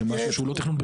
שמשהו שהוא לא תכנון,